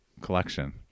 collection